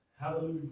Hallelujah